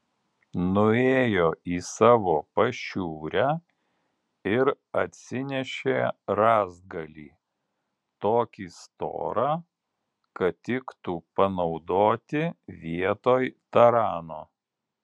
nuėjo į savo pašiūrę ir atsinešė rąstgalį tokį storą kad tiktų panaudoti vietoj tarano